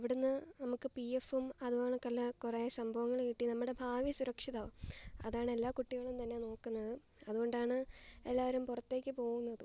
അവിടുന്ന് നമുക്ക് പി എഫും അതുകണക്കല്ലേ കുറേ സംഭവങ്ങൾ കിട്ടി നമ്മുടെ ഭാവി സുരക്ഷിതവും അതാണ് എല്ലാ കുട്ടികളും തന്നെ നോക്കുന്നതും അതുകൊണ്ടാണ് എല്ലാവരും പുറത്തേക്കു പോകുന്നതും